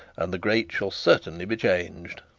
and the grate shall certainly be changed